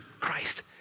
Christ